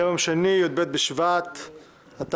היום יום שני י"ב בשבט התשפ"א,